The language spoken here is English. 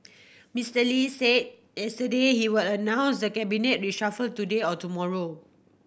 Mister Lee say yesterday he will announce the cabinet reshuffle today or tomorrow